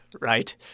right